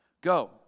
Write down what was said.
Go